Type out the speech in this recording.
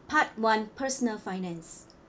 part one personal finance